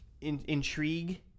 intrigue